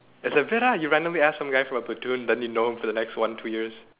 it's like weird ah you randomly ask some guy from a platoon then you know him for the next one two years